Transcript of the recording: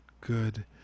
good